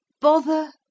bother